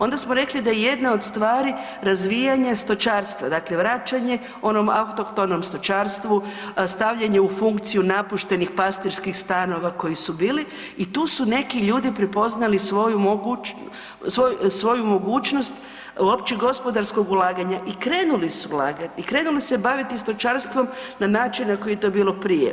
Onda smo rekli da jedna od stvari razvijanja stočarstva, vraćanje onom autohtonom stočarstvu, stavljanje u funkciju napuštenih pastirskih stanova koji su bili i tu su neki ljudi prepoznali svoju mogućnost uopće gospodarskog ulaganja i krenuli su ulagati i krenuli se baviti stočarstvom na način na koji je to bilo prije.